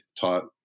taught